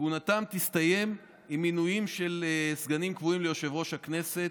כהונתם תסתיים עם מינוים של סגנים קבועים ליושב-ראש הכנסת.